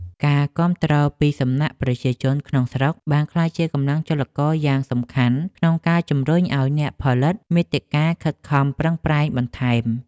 ការគាំទ្រពីសំណាក់ប្រជាជនក្នុងស្រុកបានក្លាយជាកម្លាំងចលករយ៉ាងសំខាន់ក្នុងការជំរុញឱ្យអ្នកផលិតមាតិកាខិតខំប្រឹងប្រែងបន្ថែម។